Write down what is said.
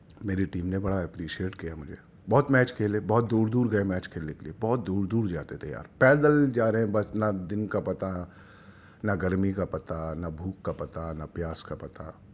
میری ٹیم نے بڑا ایپریشیٹ کیا مجھے بہت میچ کھیلے بہت دور دور گئے میچ کھیلنے کے لیے بہت دور دور جاتے تھے یار پیدل جا رہے ہیں بس نہ دن کا پتہ نہ گرمی کا پتہ نہ بھوک کا پتہ نہ پیاس کا پتہ